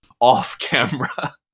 off-camera